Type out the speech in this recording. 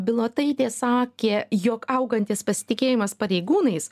bilotaitė sakė jog augantis pasitikėjimas pareigūnais